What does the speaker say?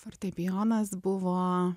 fortepijonas buvo